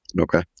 Okay